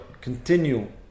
continue